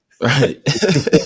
Right